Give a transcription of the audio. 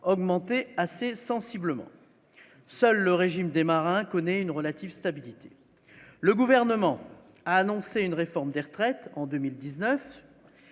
augmenté assez sensiblement, seul le régime des marins connaît une relative stabilité, le gouvernement a annoncé une réforme des retraites en 2019